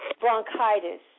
bronchitis